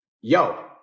yo